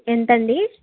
ఎంతండీ